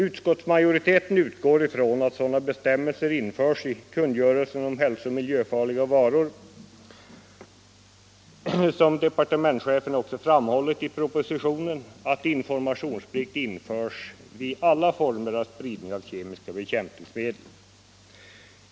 Utskottsmajoriteten utgår från att sådana bestämmelser införs i kungörelsen om hälsooch miljöfarliga varor som departementschefen framhållit i propositionen och att informationsplikt införs vid alla former av spridning av kemiska bekämpningsmedel.